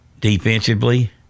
defensively